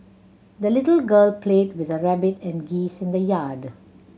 the little girl played with her rabbit and geese in the yard